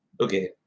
Okay